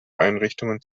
einrichtungen